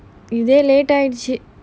இதே:ithey late ஆயிடுச்சி:aayeduchi